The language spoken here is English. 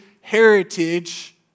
heritage